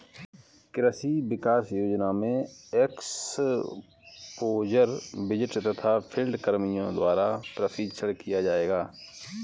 कृषि विकास योजना में एक्स्पोज़र विजिट तथा फील्ड कर्मियों द्वारा प्रशिक्षण किया जाएगा